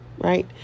Right